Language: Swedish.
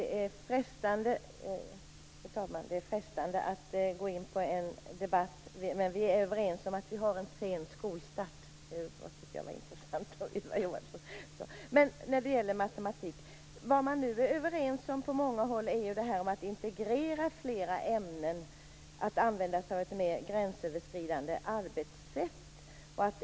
Fru talman! Det är frestande att gå in på en debatt om saken, men vi är överens om att vi har en sen skolstart. Det tycker jag var intressant att Ylva Johanson sade. Men nu gäller det matematik. Vad man nu är överens om på många håll, är ju värdet av att integrera flera ämnen, att använda sig av ett mer gränsöverskridande arbetssätt.